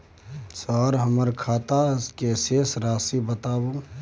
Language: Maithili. सर हमर खाता के शेस राशि बताउ?